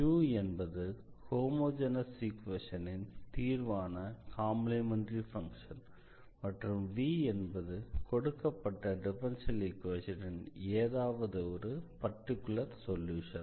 u என்பது homogeneous ஈக்வேஷனின் தீர்வான காம்ப்ளிமெண்டரி ஃபங்ஷன் மற்றும் v என்பது கொடுக்கப்பட்ட டிஃபரன்ஷியல் ஈக்வேஷனின் ஏதாவது ஒரு பர்டிகுலர் சொல்யூஷன்